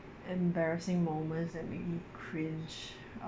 embarrassing moments that make me cringe